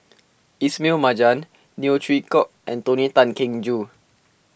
Ismail Marjan Neo Chwee Kok and Tony Tan Keng Joo